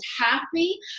happy